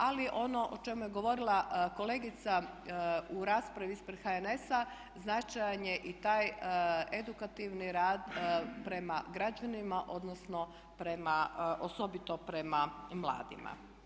Ali ono o čemu je govorila kolegica u raspravi ispred HNS-a značajan je i taj edukativni rad prema građanima odnosno prema osobito prema mladima.